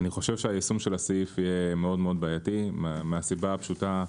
אני חושב שיישום הסעיף יהיה מאוד בעייתי מהסיבה הפשוטה,